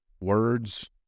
words